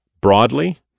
broadly